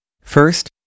First